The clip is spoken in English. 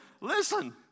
Listen